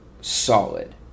solid